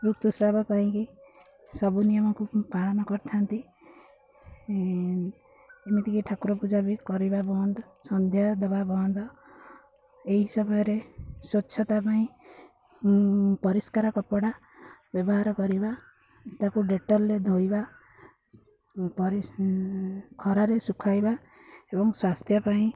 ଋତୁସ୍ରାବ ପାଇଁକି ସବୁ ନିୟମକୁ ପାଳନ କରିଥାନ୍ତି ଏମିତିକି ଠାକୁର ପୂଜା ବି କରିବା ବନ୍ଦ ସନ୍ଧ୍ୟା ଦବା ବନ୍ଦ ଏହି ସମୟରେ ସ୍ୱଚ୍ଛତା ପାଇଁ ପରିଷ୍କାର କପଡ଼ା ବ୍ୟବହାର କରିବା ତାକୁ ଡେଟଲରେ ଧୋଇବା ପରି ଖରାରେ ଶୁଖାଇବା ଏବଂ ସ୍ୱାସ୍ଥ୍ୟ ପାଇଁ